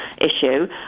issue